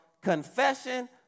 confession